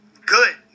good